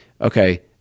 okay